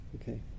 Okay